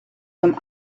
some